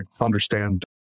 understand